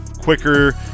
quicker